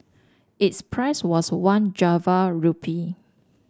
its price was one Java rupee